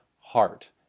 heart